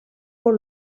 por